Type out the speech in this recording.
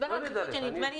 לא נדלג.